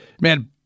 Man